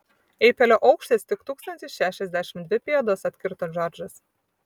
eifelio aukštis tik tūkstantis šešiasdešimt dvi pėdos atkirto džordžas